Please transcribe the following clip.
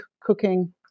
cooking